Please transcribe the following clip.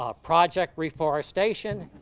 ah project reforestation,